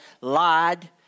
lied